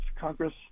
Congress